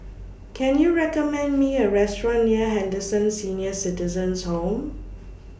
Can YOU recommend Me A Restaurant near Henderson Senior Citizens' Home